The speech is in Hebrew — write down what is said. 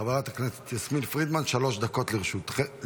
חברת הכנסת יסמין פרידמן, שלוש דקות לרשותך.